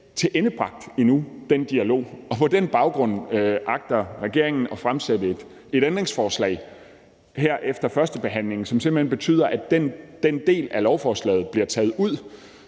tilendebragt endnu, og på den baggrund agter regeringen at fremsætte et ændringsforslag her efter førstebehandlingen, som simpelt hen betyder, at den del af lovforslaget bliver taget ud.